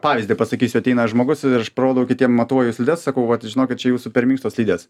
pavyzdį pasakysiu ateina žmogus ir aš parodau kitiem matuoju slides sakau vat žinokit čia jūsų per minkštos slidės